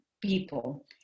people